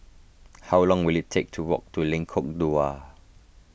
how long will it take to walk to Lengkok Dua